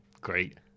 Great